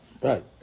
right